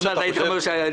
היושב-ראש,